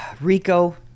Rico